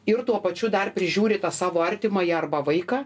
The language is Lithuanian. ir tuo pačiu dar prižiūri tą savo artimąjį arba vaiką